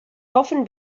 often